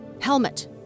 Helmet